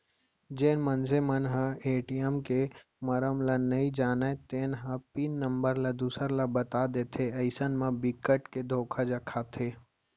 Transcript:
जेन मनसे मन ह ए.टी.एम के मरम ल नइ जानय तेन ह पिन नंबर ल दूसर ल बता देथे अइसन म बिकट के धोखा खाथे